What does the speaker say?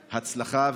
הצלחה,